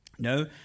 No